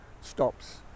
stops